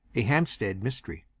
a hampstead mystery.